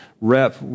rep